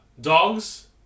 Dogs